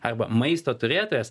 arba maisto turėtojas